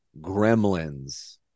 Gremlins